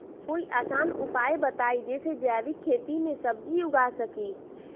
कोई आसान उपाय बताइ जे से जैविक खेती में सब्जी उगा सकीं?